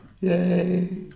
Yay